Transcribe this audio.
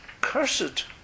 cursed